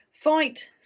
fight